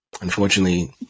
unfortunately